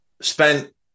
spent